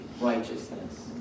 righteousness